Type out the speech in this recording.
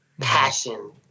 passion